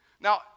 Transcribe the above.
Now